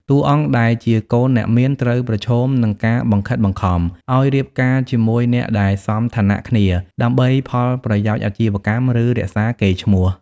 តួអង្គដែលជាកូនអ្នកមានត្រូវប្រឈមនឹងការបង្ខិតបង្ខំ ឱ្យរៀបការជាមួយអ្នកដែលសមឋានៈគ្នាដើម្បីផលប្រយោជន៍អាជីវកម្ម ឬរក្សាកេរ្តិ៍ឈ្មោះ។